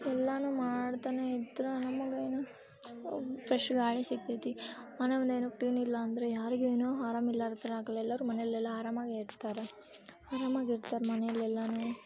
ಎಲ್ಲವೂ ಮಾಡ್ತನೇ ಇದ್ರೆ ನಮಗೇನು ಫ್ರೆಶ್ ಗಾಳಿ ಸಿಗ್ತೈತಿ ಮನೆ ಮುಂದೆ ಏನೂ ಕ್ಲೀನಿಲ್ಲ ಅಂದರೆ ಯಾರಿಗೆ ಏನೂ ಆರಾಮಿಲ್ಲಾರ್ದ ಥರ ಆಗಲ್ಲ ಎಲ್ಲರೂ ಮನೆಯಲ್ಲೆಲ್ಲ ಆರಾಮಾಗೇ ಇರ್ತಾರೆ ಅರಾಮಾಗಿ ಇರ್ತಾರೆ ಮನೇಲ್ಲಿ ಎಲ್ಲರೂ